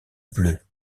bleu